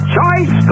Choice